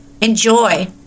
Enjoy